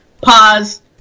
pause